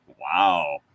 wow